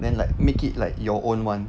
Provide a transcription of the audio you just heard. then like make it like your own [one]